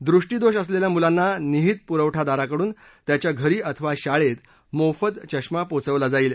दृष्टीदोष असलेल्या मुलांना निहित पुरवठादाराकडून त्याच्या घरी अथवा शाळेत मोफत चष्मा पोचवला जाईल